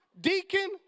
deacon